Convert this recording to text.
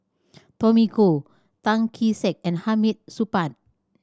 Tommy Koh Tan Kee Sek and Hamid Supaat